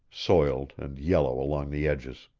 soiled and yellow along the edges.